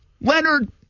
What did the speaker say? Leonard